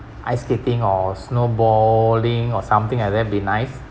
ice skating or snowboarding or something like that it'll be nice